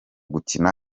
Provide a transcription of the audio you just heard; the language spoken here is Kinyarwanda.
gukina